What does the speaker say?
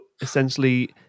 essentially